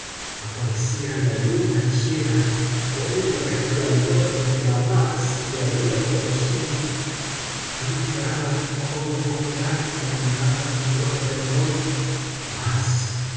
aparecía la luna llena con un resplandor que jamás le había conocido alumbraba todo con gran claridad a nuestro alrededor mas